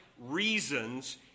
reasons